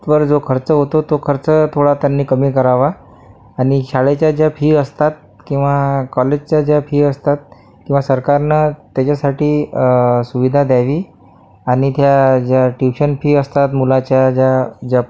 वर जो खर्च होतो तो खर्च थोडा त्यांनी कमी करावा आणि शाळेच्या ज्या फी असतात किंवा कॉलेजच्या ज्या फी असतात किंवा सरकारनं त्याच्यासाठी सुविधा द्यावी आणिक ह्या ज्या ट्यूशन फी असतात मुलाच्या ज्या ज्या